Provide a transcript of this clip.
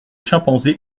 chimpanzés